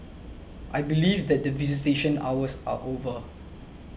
I believe that visitation hours are over